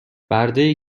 بردهای